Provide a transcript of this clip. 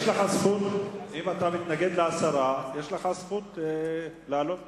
אם אתה מתנגד להסרה יש לך זכות לעלות.